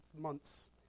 months